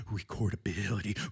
recordability